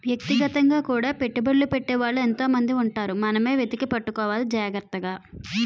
వ్యక్తిగతంగా కూడా పెట్టుబడ్లు పెట్టే వాళ్ళు ఎంతో మంది ఉంటారు మనమే ఎతికి పట్టుకోవాలి జాగ్రత్తగా